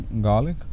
garlic